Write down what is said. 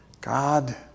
God